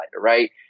right